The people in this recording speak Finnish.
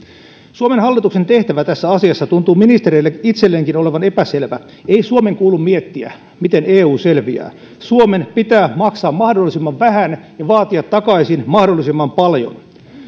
suomen hallituksen tehtävä tässä asiassa tuntuu ministereille itselleenkin olevan epäselvä ei suomen kuulu miettiä miten eu selviää suomen pitää maksaa mahdollisimman vähän ja vaatia takaisin mahdollisimman paljon